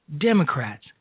Democrats